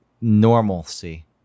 normalcy